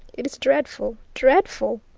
it is dreadful, dreadful!